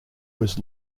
was